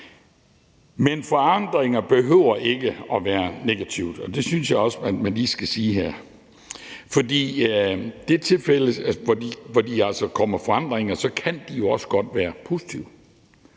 Men forandringer behøver ikke at være negative, og det synes jeg også man lige skal sige her. For i de tilfælde, hvor der altså kommer forandringer, kan de jo også godt være positive.